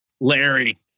Larry